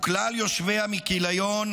וכלל יושביה מכיליון,